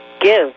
give